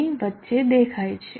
ની વચ્ચે દેખાય છે